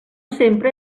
sempre